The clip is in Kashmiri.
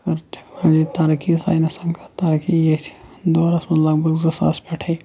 کٔر ٹیٚکنالجی تَرقی ساینسَن کٔر تَرقی یتھ دورَس مَنٛز لَگ بَگ زٕ ساس پیٚٹھے